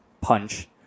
punch